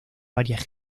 varias